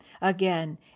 Again